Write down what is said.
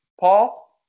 Paul